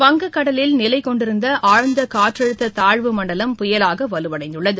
வங்கக்கடலில் நிலைகொண்டிருந்தஆழ்ந்தகாற்றழுத்ததாழ்வு மண்டலம் புயலாகவலுவடைந்துள்ளது